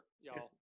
y'all